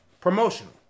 promotional